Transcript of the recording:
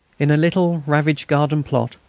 in a little ravaged garden-plot,